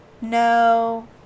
No